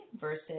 versus